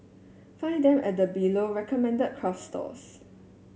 find them at the below recommended craft stores